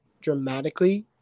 dramatically